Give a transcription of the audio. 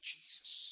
Jesus